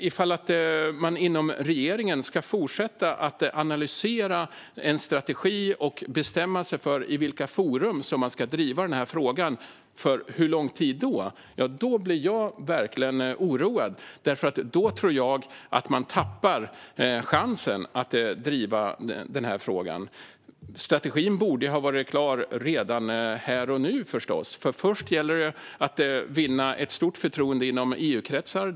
Ifall man inom regeringen ska fortsätta att analysera en strategi och bestämma sig för i vilka forum som man ska driva den här frågan blir jag verkligen oroad. Under hur lång tid ska det ske? Jag tror att man då tappar chansen att driva den här frågan. Strategin borde förstås ha varit klar här och nu. Först gäller det att vinna ett stort förtroende inom EU-kretsar.